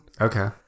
okay